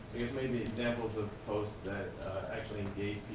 maybe examples of posts that actually engage